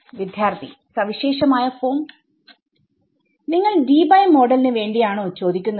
വിദ്യാർത്ഥി സവിശേഷമായ ഫോം നിങ്ങൾ ഡീബൈ മോഡൽ ന് വേണ്ടിയാണോ ചോദിക്കുന്നത്